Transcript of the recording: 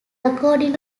according